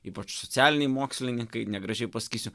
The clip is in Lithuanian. ypač socialiniai mokslininkai negražiai pasakysiu